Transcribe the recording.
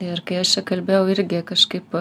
ir kai aš čia kalbėjau irgi kažkaip